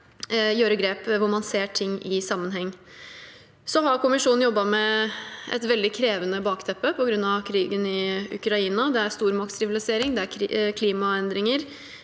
gjøre grep hvor man ser ting i sammenheng. Kommisjonen har jobbet med et veldig krevende bakteppe på grunn av krigen i Ukraina. Det er stormaktsrivalisering, det er klimaendringer,